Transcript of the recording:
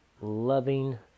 loving